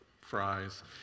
fries